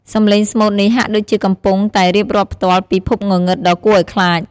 សំឡេងស្មូតនេះហាក់ដូចជាកំពុងតែរៀបរាប់ផ្ទាល់ពីភពងងឹតដ៏គួរឲ្យខ្លាច។